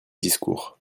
discours